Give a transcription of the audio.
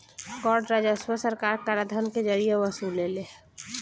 कर राजस्व सरकार कराधान के जरिए वसुलेले